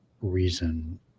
reason